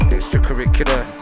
Extracurricular